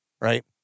Right